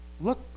look